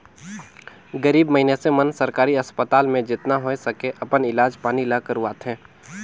गरीब मइनसे मन सरकारी अस्पताल में जेतना होए सके अपन इलाज पानी ल करवाथें